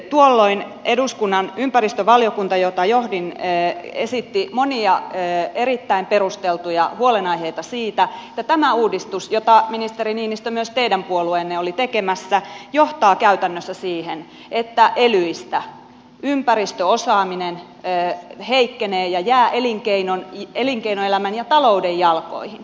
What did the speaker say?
tuolloin eduskunnan ympäristövaliokunta jota johdin esitti monia erittäin perusteltuja huolenaiheita siitä että tämä uudistus jota ministeri niinistö myös teidän puolueenne oli tekemässä johtaa käytännössä siihen että elyistä ympäristöosaaminen heikkenee ja jää elinkeinoelämän ja talouden jalkoihin